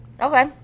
Okay